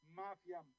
mafia